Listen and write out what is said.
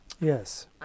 Yes